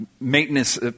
maintenance